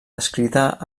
descrita